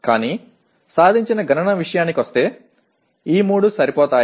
కానీ సాధించిన గణన విషయానికొస్తే ఈ మూడు సరిపోతాయి